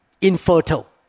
infertile